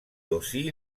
aussi